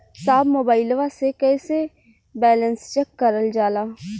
साहब मोबइलवा से कईसे बैलेंस चेक करल जाला?